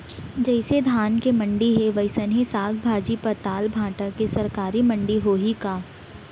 जइसे धान के मंडी हे, वइसने साग, भाजी, पताल, भाटा के सरकारी मंडी होही का?